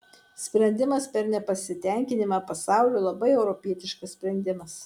sprendimas per nepasitenkinimą pasauliu labai europietiškas sprendimas